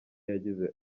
yagize